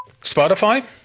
Spotify